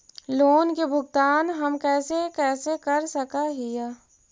Loan के भुगतान हम कैसे कैसे कर सक हिय?